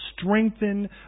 strengthen